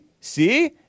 See